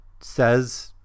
says